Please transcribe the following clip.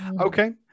Okay